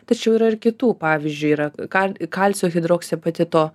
tačiau yra ir kitų pavyzdžiui yra ką kalcio hidroksepetito